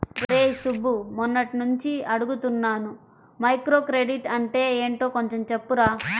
రేయ్ సుబ్బు, మొన్నట్నుంచి అడుగుతున్నాను మైక్రోక్రెడిట్ అంటే యెంటో కొంచెం చెప్పురా